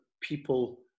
people